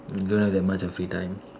you don't have that much of free time